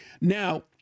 Now